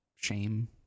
Shame